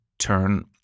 turn